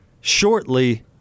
shortly